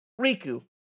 Riku